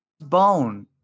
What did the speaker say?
bone